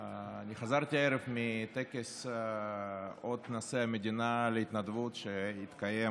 אני חזרתי הערב מטקס אות נשיא המדינה להתנדבות שהתקיים